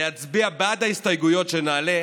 להצביע בעד ההסתייגויות שנעלה,